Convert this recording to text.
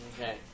Okay